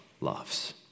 loves